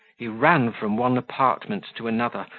he ran from one apartment to another,